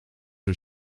are